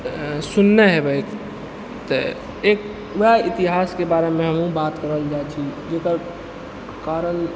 सुनने हेबै तऽ एक उएह इतिहासके बारेमे हमहूँ बात करय ले चाहै छी जकर कारण